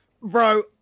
bro